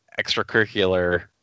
extracurricular